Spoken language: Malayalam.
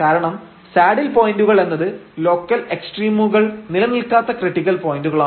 കാരണം സാഡിൽ പോയന്റുകൾ എന്നത് ലോക്കൽ എക്സ്ട്രീമുകൾ നിലനിൽക്കാത്ത ക്രിട്ടിക്കൽ പോയന്റുകളാണ്